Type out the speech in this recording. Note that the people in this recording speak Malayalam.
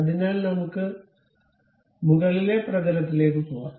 അതിനാൽ നമുക്ക് മുകളിലെ പ്രതലത്തിലേക്ക് പോകാം